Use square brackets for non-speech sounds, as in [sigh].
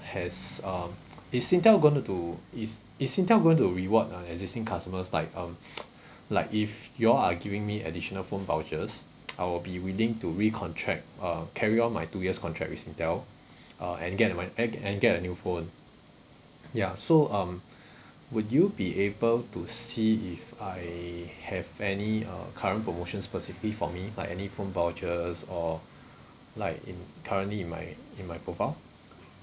has uh [noise] is Singtel going to do is is Singtel going to reward uh existing customers like um [noise] like if you all are giving me additional phone vouchers [noise] I'll be willing to recontract uh carry on my two years contract with Singtel uh and get my pac~ and get a new phone ya so um [breath] would you be able to see if I have any uh current promotion specifically for me like any phone vouchers or like in currently in my in my profile